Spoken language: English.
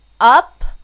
up